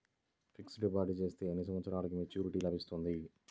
Fixed deposit చేస్తే ఎన్ని సంవత్సరంకు మెచూరిటీ లభిస్తుంది?